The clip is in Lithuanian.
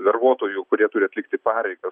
darbuotojų kurie turi atlikti pareigas